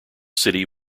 city